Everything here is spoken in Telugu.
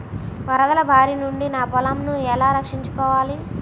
వరదల భారి నుండి నా పొలంను ఎలా రక్షించుకోవాలి?